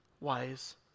wise